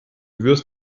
wirst